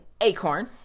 acorn